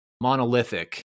monolithic